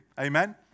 Amen